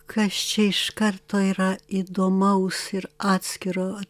kas čia iš karto yra įdomaus ir atskiro